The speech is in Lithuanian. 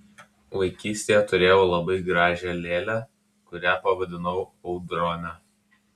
vaikystėje turėjau labai gražią lėlę kurią pavadinau audrone